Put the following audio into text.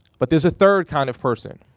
but there's a third kind of person,